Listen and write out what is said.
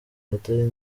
atari